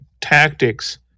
tactics